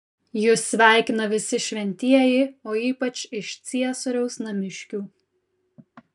jus sveikina visi šventieji o ypač iš ciesoriaus namiškių